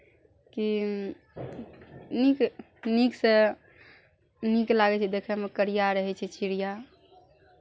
कि नीक नीकसँ नीक लागै छै देखयमे करिया रहै छै चिड़िया